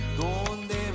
donde